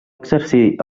exercir